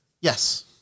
Yes